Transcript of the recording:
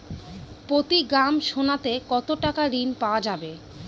প্রতি গ্রাম সোনাতে কত টাকা ঋণ পাওয়া যাবে?